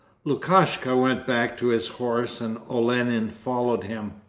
lukashka went back to his horse and olenin followed him.